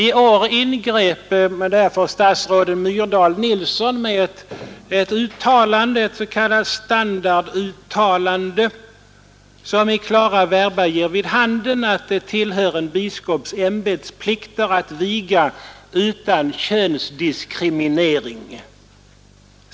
I år ingrep därför statsråden Myrdal och Nilsson med ett s.k. standarduttalande, som i klara verba ger vid handen att det tillhör en biskops ämbetsplikter att viga utan ”könsdiskriminering”.